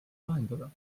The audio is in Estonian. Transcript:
lahendada